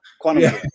Quantum